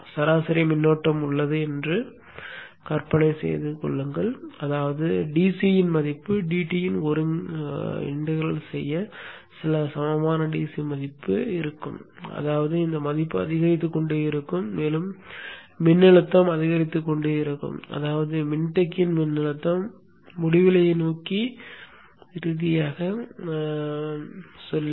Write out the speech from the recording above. சராசரி மின்னோட்டம் உள்ளது என்று கற்பனை செய்து பாருங்கள் அதாவது dC மதிப்பு dt இன் ஒருங்கிணைந்த சில சமமான dC மதிப்பு இருக்கும் அதாவது இந்த மதிப்பு அதிகரித்துக்கொண்டே இருக்கும் மேலும் மின்னழுத்தம் அதிகரித்துக்கொண்டே இருக்கும் அதாவது மின்தேக்கியின் மின்னழுத்தம் முடிவிலியை நோக்கி செல்லும்